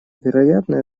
вероятно